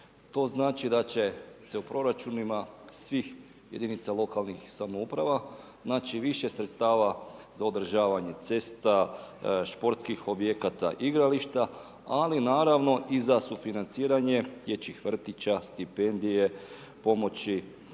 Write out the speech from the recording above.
To znači da će se u proračunima svih jedinica lokalne samouprave naći više sredstava za održavanje cesta, sportskih objekata, igrališta, ali naravno i za financiranje dječjih vrtića, stipendija, pomoći